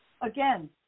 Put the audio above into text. again